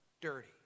dirty